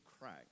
crack